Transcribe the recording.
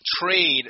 trade